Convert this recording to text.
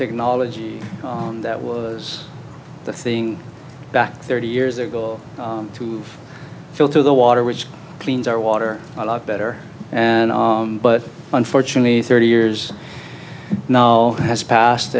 technology that was the thing back thirty years ago to filter the water which cleans our water a lot better and but unfortunately thirty years now has passed